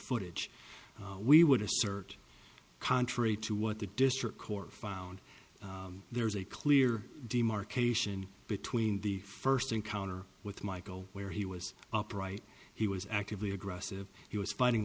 footage we would assert contrary to what the district court found there's a clear demarcation between the first encounter with michael where he was upright he was actively aggressive he was fighting